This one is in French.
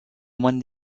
moyne